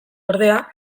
ordea